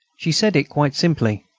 she said it quite simply,